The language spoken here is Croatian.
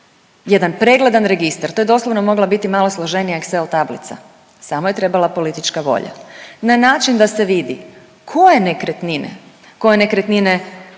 jedan pregledan registar. To je doslovno mogla biti malo složenije excel tablica samo je trebala politička volja, na način da se vidi koje nekretnine, koje nekretnine